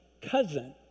cousin